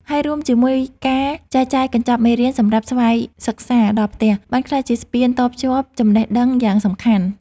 ហើយរួមជាមួយការចែកចាយកញ្ចប់មេរៀនសម្រាប់ស្វ័យសិក្សាដល់ផ្ទះ បានក្លាយជាស្ពានតភ្ជាប់ចំណេះដឹងយ៉ាងសំខាន់។